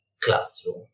classroom